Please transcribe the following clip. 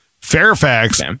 Fairfax